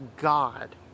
God